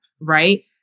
right